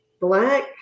black